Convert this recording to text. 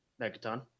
Megaton